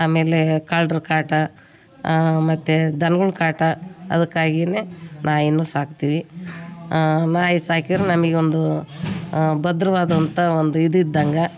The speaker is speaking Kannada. ಆಮೇಲೆ ಕಳ್ರು ಕಾಟ ಮತ್ತು ದನ್ಗಳ ಕಾಟ ಅದಕ್ಕಾಗಿನೇ ನಾಯಿನು ಸಾಕ್ತೀವಿ ನಾಯಿ ಸಾಕಿದರೆ ನಮಗೊಂದು ಭದ್ರವಾದಂಥ ಒಂದು ಇದು ಇದ್ದಂಗ